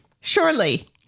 surely